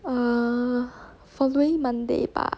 err following monday bah